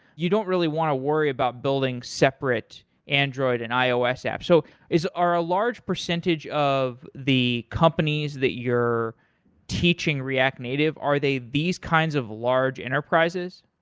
you don't really want to worry about building separate android and ios apps. so are a large percentage of the companies that you're teaching react native, are they these kinds of large enterprises?